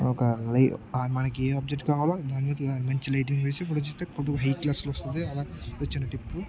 లై మనకు ఏ ఆబ్జెక్ట్ కావాలో దాని మంచి లైటింగ్ వేసి ఫోటో హై క్లాస్లో వస్తుంది అలా వచ్చిన టిప్